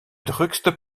drukste